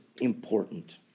important